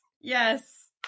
Yes